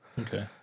Okay